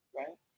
right